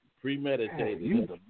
Premeditated